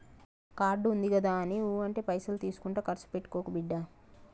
card ఉందిగదాని ఊ అంటే పైసలు తీసుకుంట కర్సు పెట్టుకోకు బిడ్డా